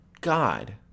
God